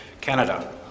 Canada